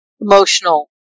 emotional